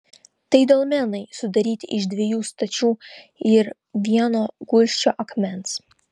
tai dolmenai sudaryti iš dviejų stačių ir vieno gulsčio akmens